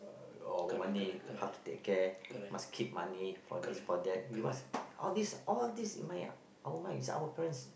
all about money how to take care must keep money for this for that we must all this all this in mind our mind is our parents